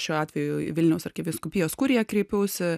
šiuo atveju į vilniaus arkivyskupijos kuriją kreipiausi